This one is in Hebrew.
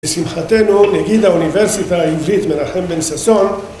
בשמחתנו נגיד האוניברסיטה העברית מרחם בן ששון